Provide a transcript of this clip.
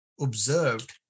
observed